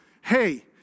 hey